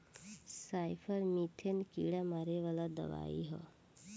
सईपर methane कीड़ा मारे वाला दवाई ह